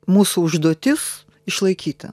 mūsų užduotis išlaikyti